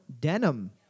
denim